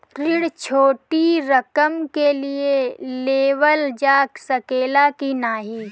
ऋण छोटी रकम के लिए लेवल जा सकेला की नाहीं?